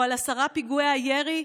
או על עשרה פיגועי הירי,